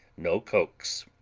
no cokes.